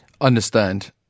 Understand